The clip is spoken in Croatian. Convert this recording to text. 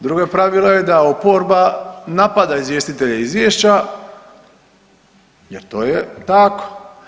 Drugo pravilo je da oporba napada izvjestitelje izvješća jer to je tako.